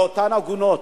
לאותן עגונות,